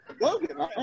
Logan